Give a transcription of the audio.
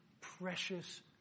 precious